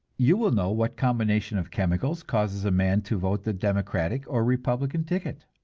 you will know what combination of chemicals causes a man to vote the democratic or republican ticket.